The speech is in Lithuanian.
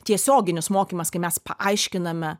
tiesioginis mokymas kai mes paaiškiname